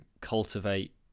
cultivate